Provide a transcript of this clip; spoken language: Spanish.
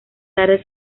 tarde